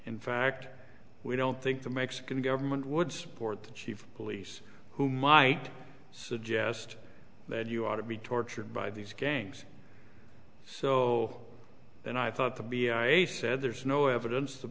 in fact we don't think the mexican government would support the chief of police who might suggest that you ought to be tortured by these gangs so then i thought the b o h said there's no evidence t